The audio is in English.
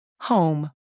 Home